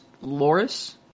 Loris